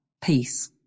peace